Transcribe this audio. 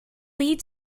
lead